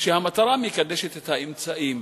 שהמטרה מקדשת את האמצעים,